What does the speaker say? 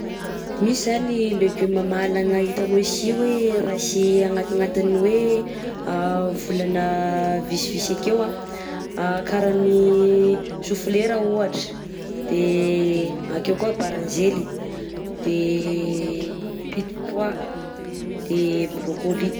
Misy zany légumes mahalagna hitanao sy hoe raha tsy agnatignatin'ny hoe a volana visivisy akeo a: karan'ny chou-fleur ohatra, de akeo koà baranjely, de petit pois, de broccolis.